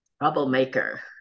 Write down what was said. troublemaker